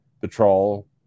Patrol